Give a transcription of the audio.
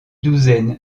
douzaine